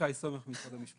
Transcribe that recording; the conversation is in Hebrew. שי סומך, משרד המשפטים.